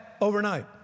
overnight